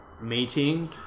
meeting